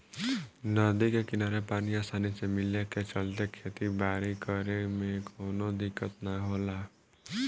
नदी के किनारे पानी आसानी से मिले के चलते खेती बारी करे में कवनो दिक्कत ना होला